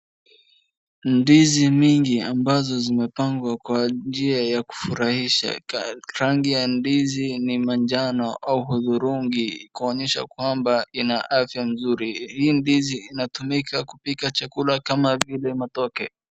Ndizi mingi ambazo zimepangwa kwa njia ya kufurahisha. Rangi ya ndizi ni majano au hudhurungi kuonyesha kwamba ina afya mzuri. Hii ndizi inatumika kupika chakula kama vile matoke.